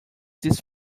this